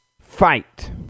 fight